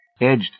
edged